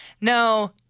No